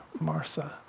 Martha